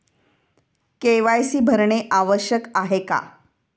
KYC भरणे आवश्यक आहे का?